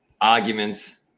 arguments